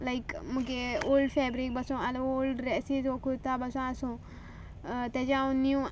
लायक म्हुगे old fabric बोसू आसल्यार ओल्ड ड्रेसीस वो कुर्ता बासू आसूं तेजें हांव नीव